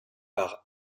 par